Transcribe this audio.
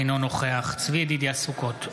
אינו נוכח צבי ידידיה סוכות,